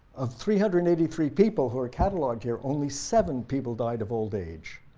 of three hundred and eighty three people who are cataloged here, only seven people died of old age.